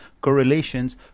correlations